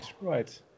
right